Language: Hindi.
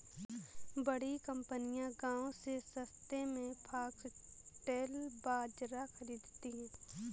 बड़ी कंपनियां गांव से सस्ते में फॉक्सटेल बाजरा खरीदती हैं